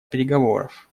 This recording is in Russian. переговоров